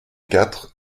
quatre